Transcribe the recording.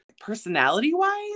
Personality-wise